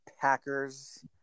Packers